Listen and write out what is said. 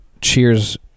cheers